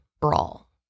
brawl